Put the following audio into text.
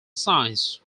science